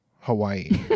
Hawaii